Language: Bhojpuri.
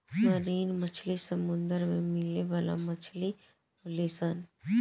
मरीन मछली समुंदर में मिले वाला मछली होली सन